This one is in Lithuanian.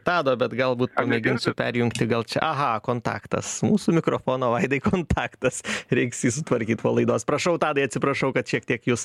tado bet galbūt pamėginsiu perjungti gal čia aha kontaktas mūsų mikrofono vaidai kontaktas reiks jį sutvarkyt po laidos prašau tadai atsiprašau kad šiek tiek jus